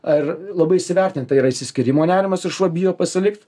ar labai įsivertinta yra išsiskyrimo nerimas ir šuo bijo pasilikt